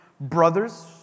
brothers